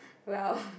well